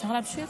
אפשר להמשיך?